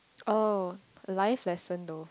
oh life lesson though